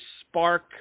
spark